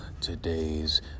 today's